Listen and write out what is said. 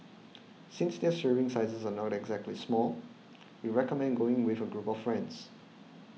since their serving sizes are not exactly small we recommend going with a group of friends